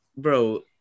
Bro